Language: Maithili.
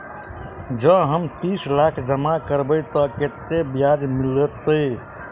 जँ हम तीस लाख जमा करबै तऽ केतना ब्याज मिलतै?